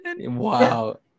Wow